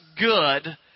good